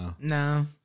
No